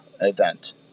event